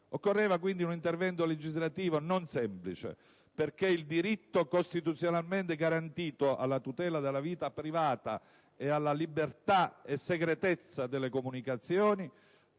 Occorreva, quindi, un intervento legislativo non semplice, perché il diritto costituzionalmente garantito alla tutela della vita privata e alla libertà e segretezza delle comunicazioni